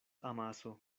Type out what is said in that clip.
amaso